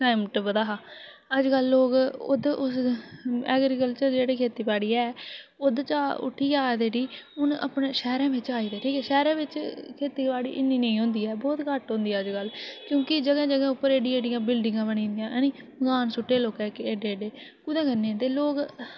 time टपदा हा अजकल लोग एग्रीकल्चर जेह्ड़ी खेतीबाड़ी ऐ ओह्दे चा उट्ठियै आई गेदे उठी हून अपने शैह्रें बिच आई दे ठीक ऐ शैह्रें बिच इन्नी खेतीबाड़ी नेईं होंदी ऐ बहुत घट्ट होंदी ऐ अजकल क्योंकि जगहें जगहें पर एड्डियां एड्डियां बिल्डिंगां बनी दियां ऐ नी मकान सुट्टे दे लोके एड्डे एड्डे कुत्थें करने दिंदे लोक